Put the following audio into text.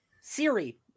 Siri